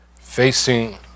facing